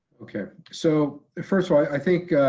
okay, so first of all, i think